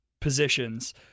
positions